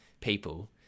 people